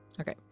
Okay